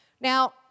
Now